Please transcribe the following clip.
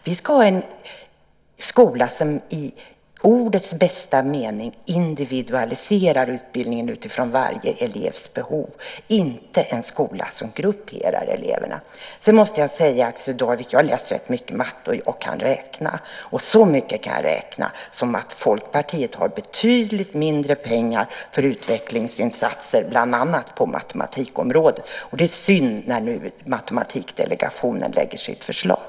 Vi ska ha en skola som i ordets bästa mening individualiserar utbildningen utifrån varje elevs behov, inte en skola som grupperar eleverna. Sedan måste jag säga, Axel Darvik, att jag har läst rätt mycket matte och jag kan räkna, och så mycket kan jag räkna ut som att Folkpartiet har betydligt mindre pengar för utvecklingsinsatser, bland annat på matematikområdet. Det är synd när nu Matematikdelegationen lägger fram sitt förslag.